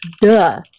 duh